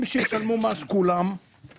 אם רוצים שאנשים ישלמו מס - שכולם ישלמו,